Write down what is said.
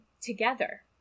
together